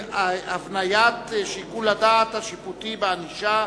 (הבניית שיקול הדעת השיפוטי בענישה),